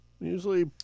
Usually